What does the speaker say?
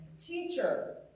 Teacher